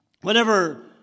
whenever